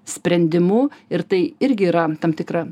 sprendimų ir tai irgi yra tam tikra